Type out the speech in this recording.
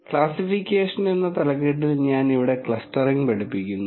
classification എന്ന തലക്കെട്ടിൽ ഞാൻ ഇവിടെ ക്ലസ്റ്ററിംഗ് പഠിപ്പിക്കുന്നു